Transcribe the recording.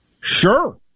sure